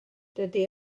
dydy